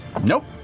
Nope